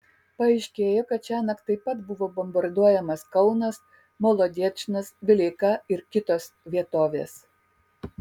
paaiškėjo kad šiąnakt taip pat buvo bombarduojamas kaunas molodečnas vileika ir kitos vietovės